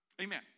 Amen